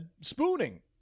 spooning